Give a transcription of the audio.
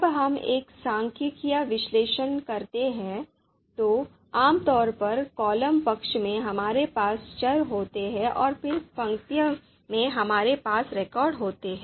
जब हम एक सांख्यिकीय विश्लेषण करते हैं तो आमतौर पर कॉलम पक्ष में हमारे पास चर होते हैं और पंक्ति में हमारे पास रिकॉर्ड होते हैं